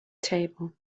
table